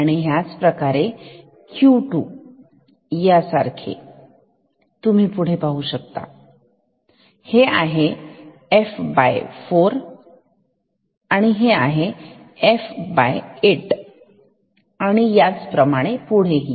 आणि ह्या प्रमाणे Q2 या सारखा दिसेल तुम्ही पाहू शकता हे आहे f4 हे आहे f8 आणि या सारखेच पुढेही